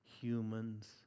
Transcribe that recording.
humans